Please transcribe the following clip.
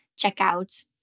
checkout